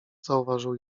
zauważył